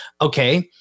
okay